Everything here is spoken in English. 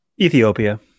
Ethiopia